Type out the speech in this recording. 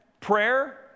prayer